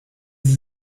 sie